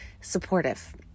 supportive